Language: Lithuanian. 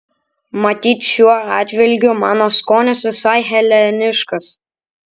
matyt šiuo atžvilgiu mano skonis visai heleniškas